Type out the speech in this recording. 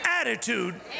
attitude